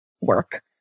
work